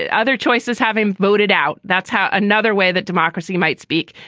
and other choices having voted out, that's how. another way that democracy might speak.